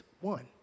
one